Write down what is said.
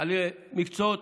על מקצועות,